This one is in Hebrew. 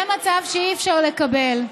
זה מצב שאי-אפשר לקבל.